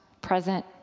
present